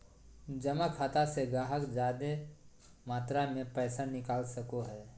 जमा खाता से गाहक जादे मात्रा मे पैसा निकाल सको हय